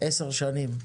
10 שנים.